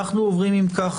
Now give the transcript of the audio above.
אנחנו עוברים אם כך,